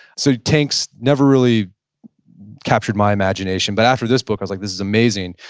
so tanks never really captured my imagination. but after this book, i was like, this is amazing.